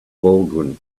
baldwin